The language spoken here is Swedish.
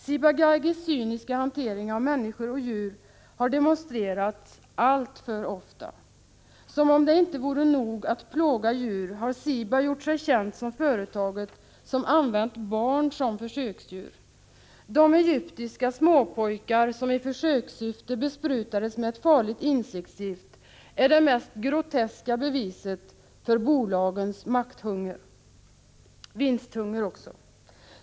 Ciba-Geigys cyniska hantering av människor och djur har demonstrerats alltför ofta. Som om det inte vore nog att plåga djur, har Ciba gjort sig känt som företaget som använt barn som försöksdjur. De egyptiska småpojkar som i försökssyfte besprutades med ett farligt insektsgift är det mest groteska beviset för bolagens maktoch vinsthunger.